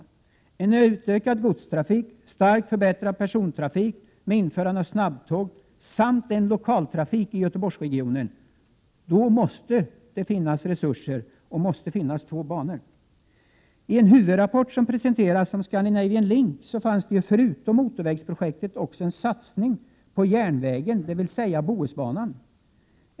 Med en utökad godstrafik, en starkt förbättrad persontrafik, införandet av snabbtåg samt lokaltrafik i Göteborgsregionen måste det finnas resurser. Det måste alltså finnas två banor. I den huvudrapport som har presenterats om Scandinavian Link talas det inte bara om motorvägsprojektet utan också om en satsning på järnvägen, dvs. Bohusbanan.